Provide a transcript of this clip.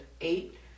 eight